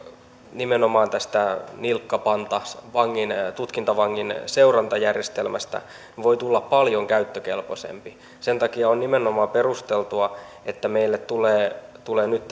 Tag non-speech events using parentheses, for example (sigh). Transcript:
nimenomaan tästä nilkkapantavangin tutkintavangin seurantajärjestelmästä voi tulla paljon käyttökelpoisempi sen takia on nimenomaan perusteltua että meille tulee nyt (unintelligible)